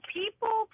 people